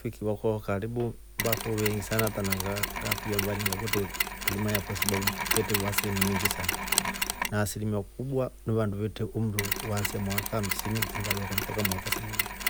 Rafiki vakwa va karibu vali veengi sana hata ngakuiya ni valinga kwete wemanaya kwasababu kwete wa sehemu nyiingi sana, na asilimia kubwa ni vandu vetre umri kuansia miaka hamsini iinda dooka mpaka mwaaaka semanini.